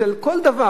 מפני שלכל דבר,